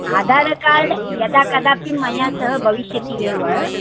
आधारकार्ड् यदा कदापि मया सह भविष्यति एव